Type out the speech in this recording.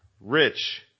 Rich